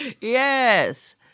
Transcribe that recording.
Yes